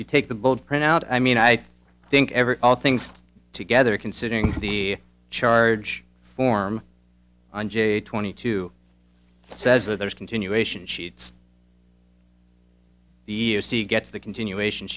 you take the bold print out i mean i think every all things together considering the charge form on j twenty two says that there is continuation sheets the a c gets the continuation